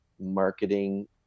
marketing